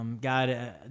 God